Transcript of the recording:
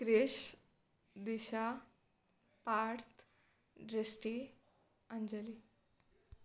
Krish Disha Parth Drishti Anjali